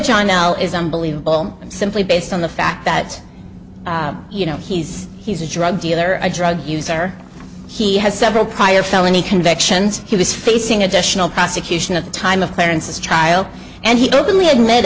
john l is unbelievable simply based on the fact that you know he's he's a drug dealer a drug user he has several prior felony convictions he was facing additional prosecution of the time of clarence's trial and he openly admit